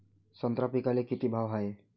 संत्रा पिकाले किती भाव हाये?